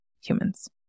humans